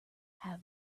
have